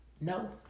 no